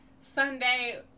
Sunday